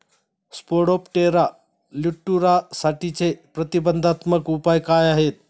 Spodoptera लिट्युरासाठीचे प्रतिबंधात्मक उपाय काय आहेत?